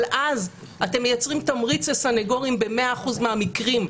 אבל אז אתם מייצרים תמריץ לסנגורים במאה אחוז מהמקרים,